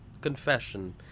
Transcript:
confession